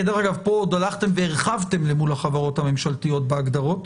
כנראה כאן עוד הלכתם והרחבתם מול החברות הממשלתיות בהגדרות.